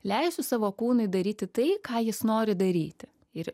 leisiu savo kūnui daryti tai ką jis nori daryti ir